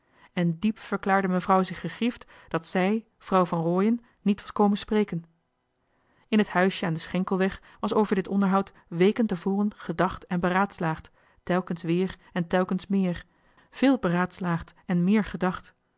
en diep verklaarde mevrouw zich gegriefd doordat zij vrouw van rooien er evenmin over was komen spreken in het huisje aan den schenkelweg was over dit onderhoud weken te voren gedacht en gesproken telkens weer en telkens meer veel gesproken en meer gedacht